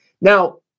Now